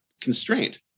constraint